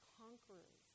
conquerors